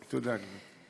תודה, גברתי.